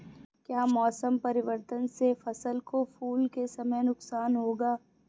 क्या मौसम परिवर्तन से फसल को फूल के समय नुकसान होगा?